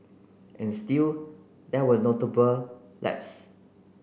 and still there were notable lapse